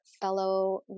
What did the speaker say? fellow